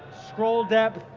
scroll depth,